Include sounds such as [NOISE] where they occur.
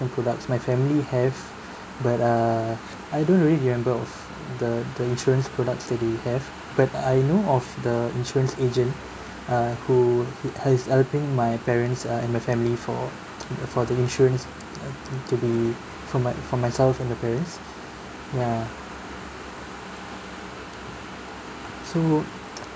products my family have but err I don't really remember of the the insurance products that they have but I know of the insurance agent uh who is helping my parents uh and my family for [NOISE] for the insurance uh to be for my for myself and my parents ya so